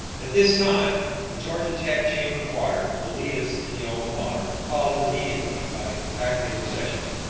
at this time, the georgia tech chamber choir will lead us in the alma mater followed immediately by the faculty recessional.